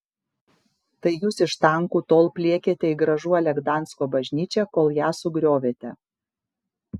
tai jūs iš tankų tol pliekėte į gražuolę gdansko bažnyčią kol ją sugriovėte